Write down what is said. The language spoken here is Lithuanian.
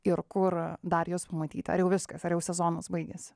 ir kur dar jus pamatyti ar jau viskas ar jau sezonas baigėsi